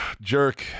jerk